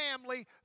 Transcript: family